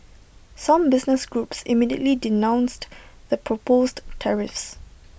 some business groups immediately denounced the proposed tariffs